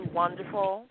wonderful